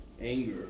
anger